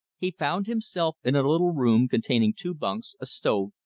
he found himself in a little room containing two bunks, a stove,